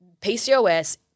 PCOS